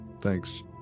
thanks